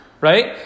Right